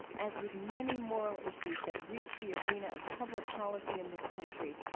as with many moral issues that reach the arena of public policy in this country,